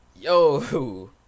yo